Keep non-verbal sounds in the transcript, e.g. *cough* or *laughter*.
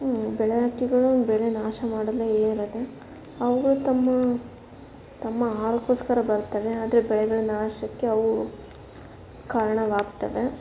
ಬೆಳೆಹಕ್ಕಿಗಳು ಬೆಳೆ ನಾಶ ಮಾಡಲು *unintelligible* ಅವುಗಳು ತಮ್ಮ ತಮ್ಮ ಆಹಾರಕ್ಕೋಸ್ಕರ ಬರ್ತವೆ ಆದರೆ ಬೆಳೆಗಳ ನಾಶಕ್ಕೆ ಅವು ಕಾರಣವಾಗ್ತವೆ